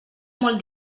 molt